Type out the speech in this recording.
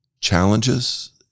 challenges